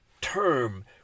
term